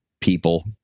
people